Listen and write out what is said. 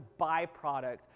byproduct